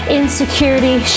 insecurity